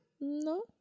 No